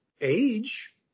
age